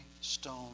stone